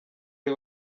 ari